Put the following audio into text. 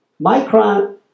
Micron